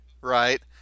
right